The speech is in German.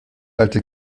alte